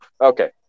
Okay